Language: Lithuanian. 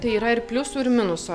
tai yra ir pliusų ir minusų